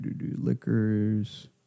Liquors